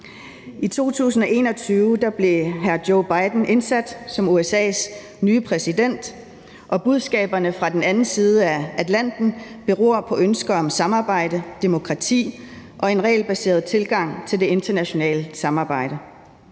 I 2021 blev Joe Biden indsat som USA's nye præsident, og budskaberne fra den anden side af Atlanten beror på ønsker om samarbejde, demokrati og en regelbaseret tilgang til det internationale samarbejde.